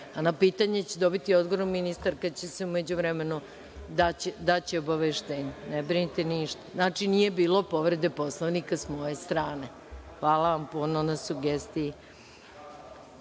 A na pitanje će dobiti odgovor, ministarka će u međuvremenu dati obaveštenje, ne brinite ništa. Znači, nije bilo povrede Poslovnika s moje strane. Hvala vam puno na sugestiji. Reč